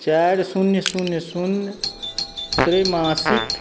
चारि शून्य शून्य शून्य त्रैमासिक